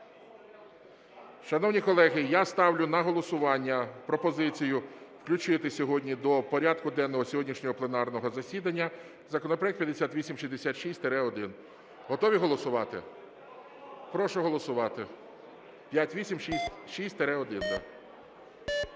Шановні колеги, я ставлю на голосування пропозицію включити сьогодні до порядку денного сьогоднішнього пленарного засідання законопроект 5866-1. Готові голосувати? Прошу голосувати. 5866-1.